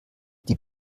die